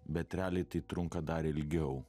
bet realiai tai trunka dar ilgiau